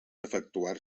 efectuar